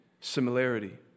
similarity